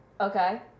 Okay